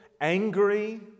angry